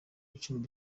icumi